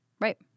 Right